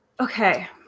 Okay